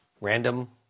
Random